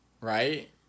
right